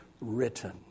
written